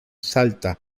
salta